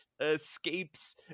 escapes